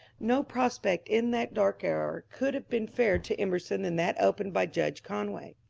no prospect in that dark hour could have been fairer to emerson than that opened by judge con way.